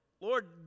Lord